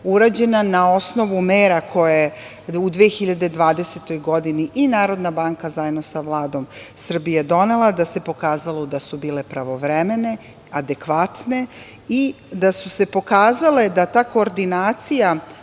urađena na osnovu mera koje 2020. godine i NBS zajedno sa Vladom Srbije je donela da se pokazalo da su bile pravovremene, adekvatne i da su se pokazale da ta koordinacija